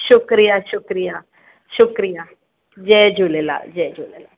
शुक्रिया शुक्रिया शुक्रिया जय झूलेलाल जय झूलेलाल